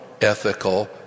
ethical